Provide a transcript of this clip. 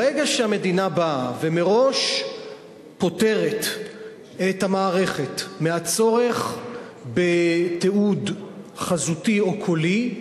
ברגע שהמדינה באה ומראש פוטרת את המערכת מהצורך בתיעוד חזותי או קולי,